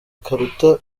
karuta